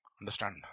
Understand